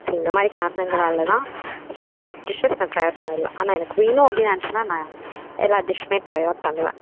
so இந்த மாதிரி காரணங்களால் தான் சில டிஷ்ஷஸ் நான் ட்ரை அவுட் பண்ணலை ஆனால் எனக்கு வேணும் அப்படின்னு நினச்சேனா நான் எல்லா டிஷ்ஷும் ட்ரை அவுட் பண்ணுவேன்